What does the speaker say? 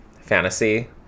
fantasy